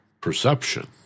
Perception